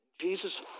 Jesus